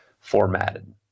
formatted